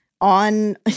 on